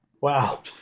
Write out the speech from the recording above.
Wow